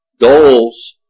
goals